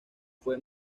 fue